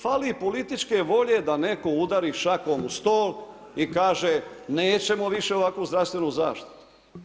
Fali političke volje da netko udari šakom u stol i kaže nećemo više ovakvu zdravstvenu zaštitu.